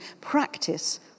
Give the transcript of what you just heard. Practice